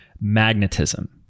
magnetism